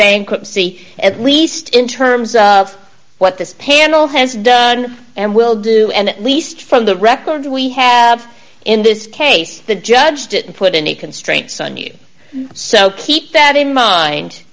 bankruptcy at least in terms of what this panel has done and will do and at least from the record we have in this case the judge didn't put any constraints on you so keep that in mind